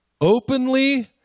openly